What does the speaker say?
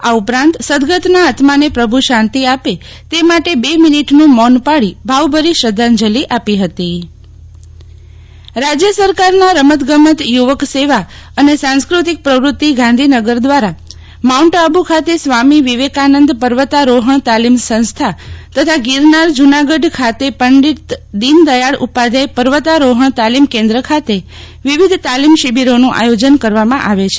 આ ઉપરાંત સદગતના આત્માને પ્રભુ શાંતિ આપે તે માટે બે મિનિટનું મૌન પાળી ભાવભરી શ્રદ્ધાંજલિ આપી હતી શિતલ વેશ્નવ પર્વતા રોહણ શિબિર રાજ્ય સરકારના રમત ગમત યુવક સેવા અને સાંસ્કૃતિક પ્રવૃત્તિ ગાંધીનગર દ્વારા માઉન્ટ આબુ ખાતે સ્વામી વિવેકાનંદ પર્વતારોફણ તાલીમ સંસ્થા તથા ગિરનાર જૂનાગઢ ખાતે પંડિત દીનદયાળ ઉપાધ્યાય પર્વતારોફણ કેન્દ્ર ખાતે વિવિધ તાલીમ શિબિરોનું આયોજન કરવામાં આવે છે